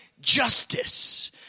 justice